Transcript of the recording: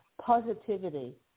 positivity